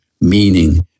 meaning